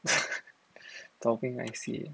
zaopeng I_C